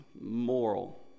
moral